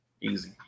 easy